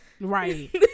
Right